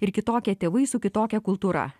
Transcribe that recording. ir kitokie tėvai su kitokia kultūra